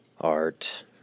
art